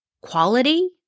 quality